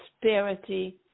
prosperity